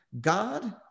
God